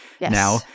now